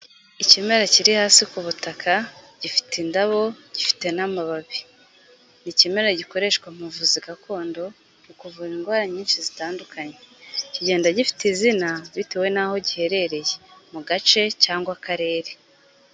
Ikimera kiri hasi ku butaka, gifite indabo, gifite n'amababi, ni ikimera gikoreshwa mubuvuzi gakondo, mu kuvura indwara nyinshi zitandukanye, kigenda gifite izina bitewe n'aho giherereye mu gace cyangwa akarere.